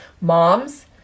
moms